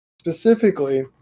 specifically